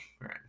right